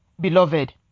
Beloved